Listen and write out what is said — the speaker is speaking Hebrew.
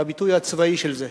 בביטוי הצבאי של זה.